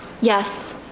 Yes